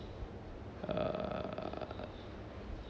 err